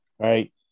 Right